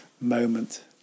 moment